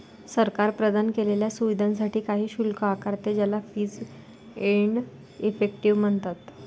सरकार प्रदान केलेल्या सुविधांसाठी काही शुल्क आकारते, ज्याला फीस एंड इफेक्टिव म्हणतात